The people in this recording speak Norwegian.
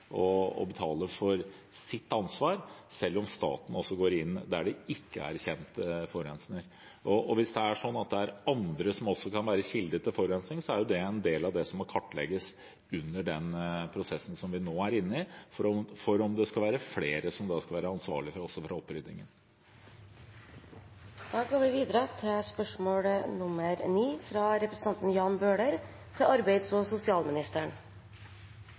og betaler for sitt ansvar – selv om staten også går inn der det ikke er kjent forurenser. Hvis også andre kan være kilden til forurensningen, er det en del av det som må kartlegges under den prosessen vi nå er inne i – om flere skal være ansvarlige for oppryddingen. Jeg vil gjerne stille følgende spørsmål til arbeids- og sosialministeren: «Under behandlingen av Meld. St. 30 , Fra mottak til arbeidsliv – en effektiv integreringspolitikk, vedtok Stortinget i juni 2016 det enstemmige forslaget fra kommunal- og